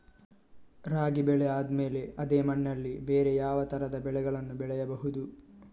ರಾಗಿ ಬೆಳೆ ಆದ್ಮೇಲೆ ಅದೇ ಮಣ್ಣಲ್ಲಿ ಬೇರೆ ಯಾವ ತರದ ಬೆಳೆಗಳನ್ನು ಬೆಳೆಯಬಹುದು?